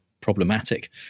problematic